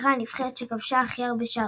וכן הנבחרת שכבשה הכי הרבה שערים.